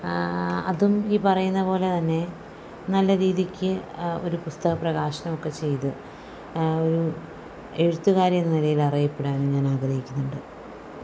അതും ഈ പറയുന്നപോലെതന്നെ നല്ല രീതിയ്ക്ക് ഒരു പുസ്തകപ്രകാശനം ഒക്കെ ചെയ്ത് ഒരു എഴുത്തുകാരി എന്ന നിലയിൽ അറിയപ്പെടാനും ഞാൻ ആഗ്രഹിക്കുന്നുണ്ട്